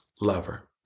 lover